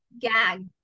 gag